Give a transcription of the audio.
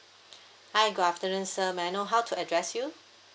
hi good afternoon sir may I know how to address you